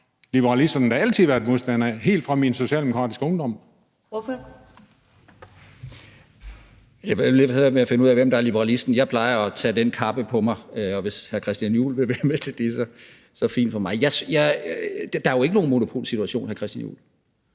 (Karen Ellemann): Ordføreren. Kl. 14:03 Martin Geertsen (V): Det er lidt til det med at finde ud af, hvem der er liberalisten. Jeg plejer at tage den kappe på mig, og hvis hr. Christian Juhl vil være med til det, så er det fint med mig. Der er jo ikke nogen monopolsituation, hr. Christian Juhl.